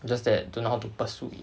just that don't know how to pursue it